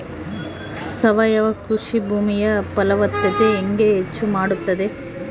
ಸಾವಯವ ಕೃಷಿ ಭೂಮಿಯ ಫಲವತ್ತತೆ ಹೆಂಗೆ ಹೆಚ್ಚು ಮಾಡುತ್ತದೆ?